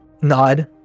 Nod